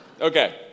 Okay